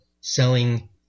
selling